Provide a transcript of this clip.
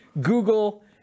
Google